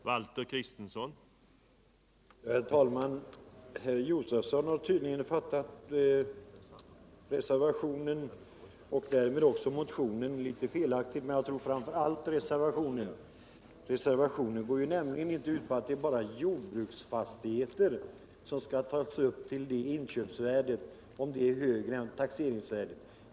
Herr talman! Herr Josefson har tydligen uppfattat framför allt reservationen men därmed också motionen litet felaktigt. Reservationen går nämligen inte ut på att det bara är jordbruksfastigheter som skall tas upp till inköpsvärdet om detta är högre än taxeringsvärdet.